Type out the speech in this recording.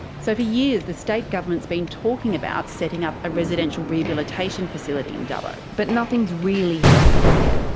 so for years the state government's been talking about setting up a residential rehabilitation facility in dubbo. but nothing's really happened yet.